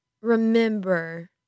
remember